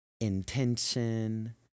intention